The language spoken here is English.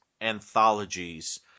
anthologies